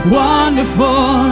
wonderful